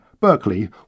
Berkeley